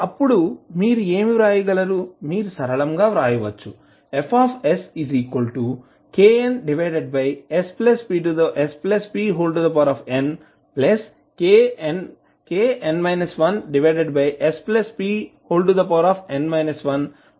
అప్పుడు మీరు ఏమి వ్రాయగలరు మీరు సరళంగా వ్రాయవచ్చు Fsknspn kn 1spn 1k2sp2k1sp1F1sఅవుతుంది